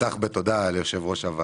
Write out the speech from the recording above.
במידה ויתגלה פער בנושא הזה,